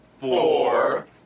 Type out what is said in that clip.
four